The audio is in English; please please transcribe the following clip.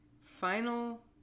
final